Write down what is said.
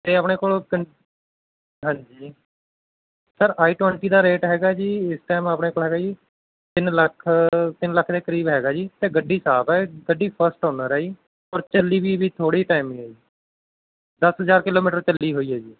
ਅਤੇ ਆਪਣੇ ਕੋਲ ਕ ਹਾਂਜੀ ਸਰ ਆਈ ਟਵੈਂਟੀ ਦਾ ਰੇਟ ਹੈਗਾ ਜੀ ਇਸ ਟਾਈਮ ਆਪਣੇ ਕੋਲ ਹੈਗਾ ਜੀ ਤਿੰਨ ਲੱਖ ਤਿੰਨ ਲੱਖ ਦੇ ਕਰੀਬ ਹੈਗਾ ਜੀ ਅਤੇ ਗੱਡੀ ਸਾਫ ਹੈ ਗੱਡੀ ਫਸਟ ਓਨਰ ਹੈ ਜੀ ਔਰ ਚੱਲੀ ਵੀ ਵੀ ਥੋੜ੍ਹਾ ਟਾਈਮ ਹੈ ਜੀ ਦਸ ਹਜ਼ਾਰ ਕਿਲੋਮੀਟਰ ਚੱਲੀ ਹੋਈ ਹੈ ਜੀ